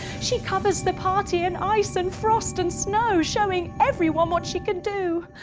she covers the party in ice and frost and snow, showing everyone what she can do.